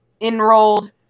enrolled